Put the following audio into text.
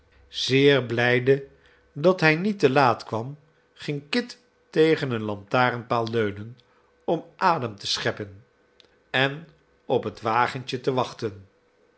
zeer blijde dat hij niet te laat kwam ging kit tegen een lantaarnpaal leunen om adem te scheppen en op het wagentje te wachten